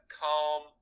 calm